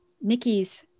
Nikki's